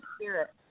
spirit